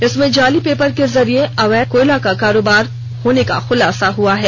इसमें जाली पेपर के जरिये अवैध कोयला का कारोबार होने का खुलासा हुआ है